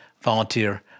volunteer